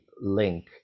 link